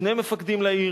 שני מפקדים לעיר: